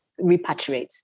repatriates